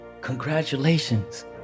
congratulations